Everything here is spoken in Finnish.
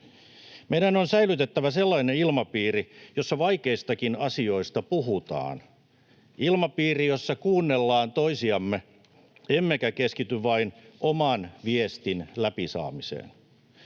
Meidän on säilytettävä sellainen ilmapiiri, jossa vaikeistakin asioista puhutaan, ilmapiiri, jossa kuuntelemme toisiamme emmekä keskity vain oman viestin läpi saamiseen.